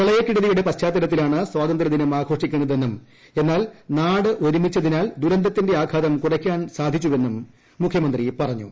പ്രളയക്കെടുതിയുടെ പശ്ചാത്തലത്തിലാണ് സ്വാതന്ത്ര്യദിനം ആഘോഷിക്കുന്നതെന്നും എന്നാൽ നാട് ഒരുമിച്ചതിനാൽ ദുരന്തത്തിന്റെ ആഘാതം കുറയ്ക്കാൻ സാധിച്ചുവെന്നും മുഖ്യമന്ത്രി പറഞ്ഞു